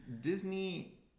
disney